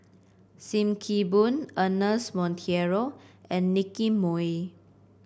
Sim Kee Boon Ernest Monteiro and Nicky Moey